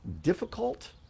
difficult